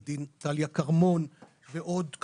עוה"ד טליה אגמון ועוד,